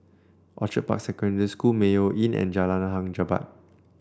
Orchid Park Secondary School Mayo Inn and Jalan Hang Jebat